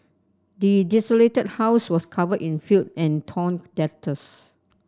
the desolated house was covered in filth and torn letters